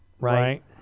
right